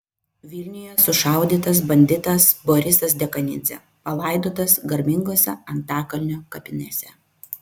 vilniuje sušaudytas banditas borisas dekanidzė palaidotas garbingose antakalnio kapinėse